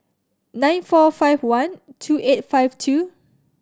nine four five one two eight five two